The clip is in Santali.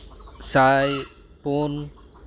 ᱥᱟᱭ ᱯᱩᱱ